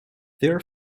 there